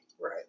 Right